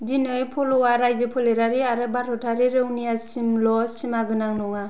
दिनै प'ल'आ राजफोलेरारि आरो भारतारि रौनियानिसिमल' सिमागोनां नङा